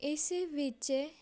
ਇਸ ਵਿੱਚ